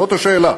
זאת השאלה.